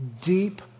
deep